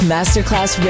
Masterclass